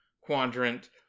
quadrant